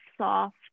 soft